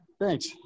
Thanks